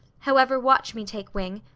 however, watch me take wing!